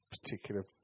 particular